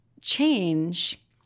change